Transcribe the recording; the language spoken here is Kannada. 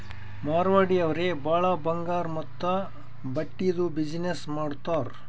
ಮಾರ್ವಾಡಿ ಅವ್ರೆ ಭಾಳ ಬಂಗಾರ್ ಮತ್ತ ಬಟ್ಟಿದು ಬಿಸಿನ್ನೆಸ್ ಮಾಡ್ತಾರ್